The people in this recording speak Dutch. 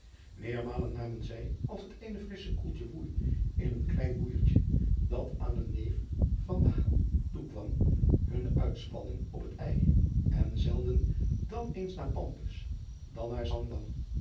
eermalen namen zij als het eene frissche koelte woei in een klein boeijertje dat aan eenen neef van de toekwam hunne ui spanning op het en zeilden dan eens naar ampus dan naar aandam